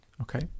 Okay